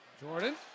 Jordan